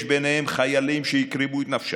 יש ביניהם חיילים שהקריבו את נפשם,